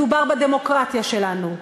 מדובר בדמוקרטיה שלנו,